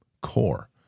core